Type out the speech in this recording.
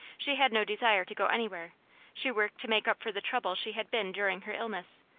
she had no desire to go anywhere she worked to make up for the trouble she had been during her illness,